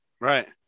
Right